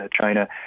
China